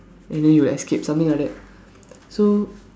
and then he will escape something like that so